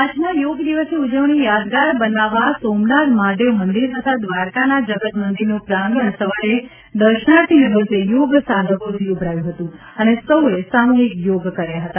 પાંચમા યોગ દિવસની ઉજવણી યાદગાર બનાવવા સોમનાથ મહાદેવ મંદિર તથા દ્વારકાના જગત મંદિરનું પ્રાંગણ સવારે દર્શનાર્થીને બદલે યોગ સાધકોથી ઉભરાયું હતું અને સૌએ સામૂહિક યોગ કર્યા હતા